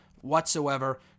whatsoever